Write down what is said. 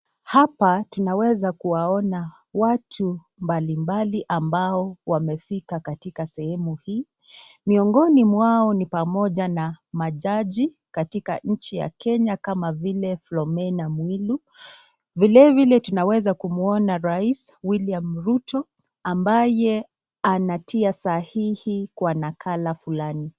Hapa tunaweza kuwaona watu mbali mbali ambao wamefika katika sehemu hii. Miongoni mwao ni pamoja na majaji katika nchi ya kenya kama vile Philomena mwilu vile vile tunaweza kumwona rais William ruto ambaye anatia sahihi kwa nakala fulani.